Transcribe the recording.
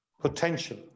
potential